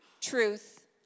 Truth